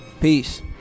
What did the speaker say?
Peace